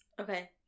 Okay